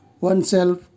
oneself